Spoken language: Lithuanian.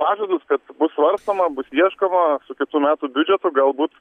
pažadus kad bus svarstoma bus ieškoma su kitų metų biudžetu galbūt